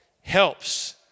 Helps